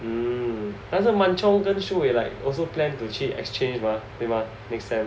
mm doesn't Mun Cheong and Shi Wei like also plan to go exchange mah 对吧 next sem